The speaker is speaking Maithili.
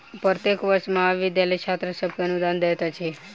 प्रत्येक वर्ष महाविद्यालय छात्र सभ के अनुदान दैत अछि